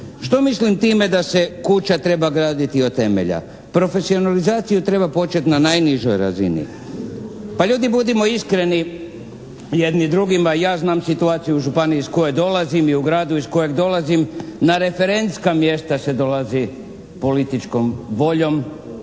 Što mislim time da se kuća treba graditi od temelja? Profesionalizaciju treba početi na najnižoj razini. Pa ljudi budimo iskreni jedni drugima, ja znam situaciju u županiji iz koje dolazim i u gradu je iz kojeg dolazim, na referentska mjesta se dolazi političkom voljom